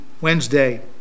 Wednesday